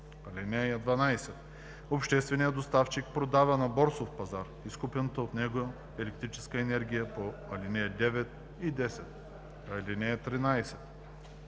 (12) Общественият доставчик продава на борсов пазар изкупената от него електрическа енергия по ал. 9 и 10. (13)